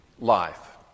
life